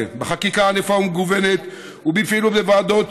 בחקיקה ענפה ומגוונת ובפעילות בוועדות,